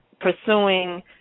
pursuing